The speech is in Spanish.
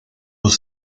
los